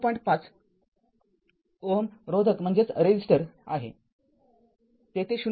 ५ Ω रोधक आहे तेथे ०